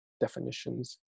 definitions